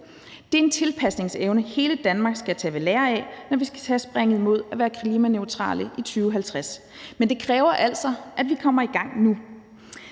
Det er en tilpasningsevne, hele Danmark skal tage ved lære af, når vi skal tage springet mod at være klimaneutrale i 2050, men det kræver altså, at vi kommer i gang nu.